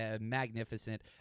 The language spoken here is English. Magnificent